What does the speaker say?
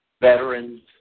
veterans